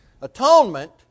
Atonement